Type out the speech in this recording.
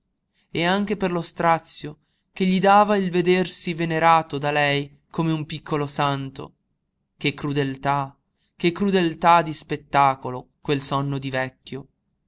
e anche per lo strazio che gli dava il vedersi venerato da lei come un piccolo santo che crudeltà che crudeltà di spettacolo quel sonno di vecchio